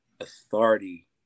authority